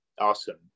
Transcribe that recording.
awesome